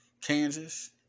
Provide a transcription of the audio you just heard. Kansas